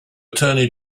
attorney